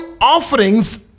offerings